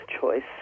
choice